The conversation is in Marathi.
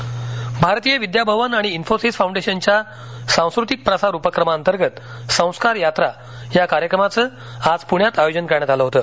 भारतीय विद्या भवन आणि इन्फोसिस फाऊंडेशनच्या सांस्कृतिक प्रसार उपक्रमांतर्गत संस्कार यात्रा या कार्यक्रमाचं आज पुण्यात आयोजन करण्यात आल होत